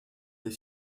des